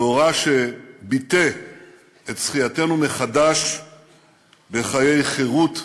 מאורע שביטא את זכייתנו מחדש בחיי חירות וריבונות.